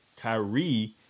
kyrie